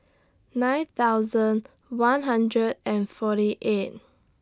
nine thousand one hundred and forty eight